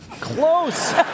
Close